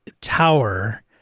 Tower